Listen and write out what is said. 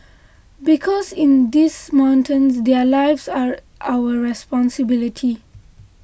because in this mountains their lives are our responsibility